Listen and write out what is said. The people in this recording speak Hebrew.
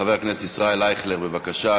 חבר הכנסת ישראל אייכלר, בבקשה.